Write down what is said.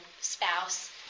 spouse